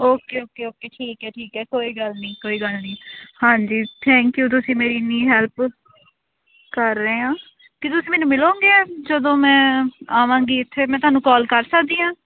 okay okay okay ਠੀਕ ਹੈ ਠੀਕ ਹੈ ਕੋਈ ਗੱਲ ਨਹੀਂ ਕੋਈ ਗੱਲ ਨਹੀਂ ਹਾਂਜੀ ਥੈਂਕ ਯੂ ਤੁਸੀਂ ਮੇਰੀ ਇੰਨੀ ਹੈਲਪ ਕਰ ਰਹੇ ਆ ਕੀ ਤੁਸੀਂ ਮੈਨੂੰ ਮਿਲੋਂਗੇ ਜਦੋਂ ਮੈਂ ਆਵਾਂਗੀ ਇੱਥੇ ਮੈਂ ਤੁਹਾਨੂੰ ਕਾਲ ਕਰ ਸਕਦੀ ਹਾਂ